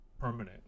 permanent